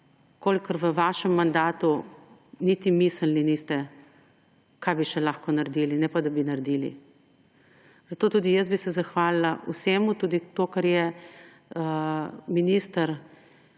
kolikor v vašem mandatu niti mislili niste, kaj bi še lahko naredili, ne pa, da bi naredili. Zato bi se tudi zahvalila vsemu, tudi to, kar je minister